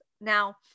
Now